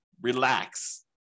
relax